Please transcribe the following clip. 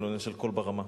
בעניין של "קול ברמה".